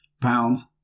pounds